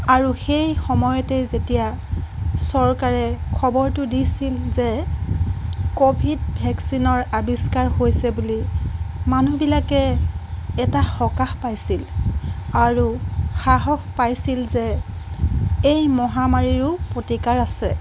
আৰু সেই সময়তে যেতিয়া চৰকাৰে খবৰটো দিছিল যে ক'ভিড ভেকচিনৰ আৱিস্কাৰ হৈছে বুলি মানুহবিলাকে এটা সকাহ পাইছিল আৰু সাহস পাইছিল যে এই মহামাৰীৰো প্ৰতিকাৰ আছে